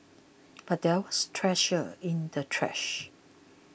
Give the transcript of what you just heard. but there was treasure in the trash